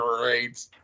great